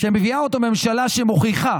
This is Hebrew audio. שמביאה אותו ממשלה שמוכיחה